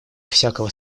всякого